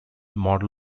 model